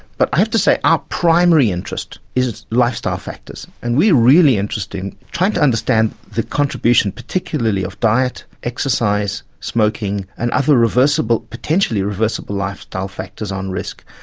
but i have to say our primary interest is lifestyle factors and we are really interested in trying to understand the contribution particularly of diet, exercise, smoking and other reversible potentially reversible lifestyle factors on risk.